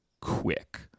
quick